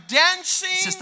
dancing